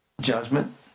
judgment